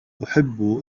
أحب